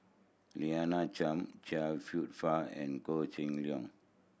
Lina Chiam Chia Kwek Fah and Koh Seng Leong